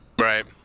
right